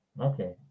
Okay